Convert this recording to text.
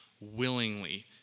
willingly